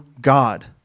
God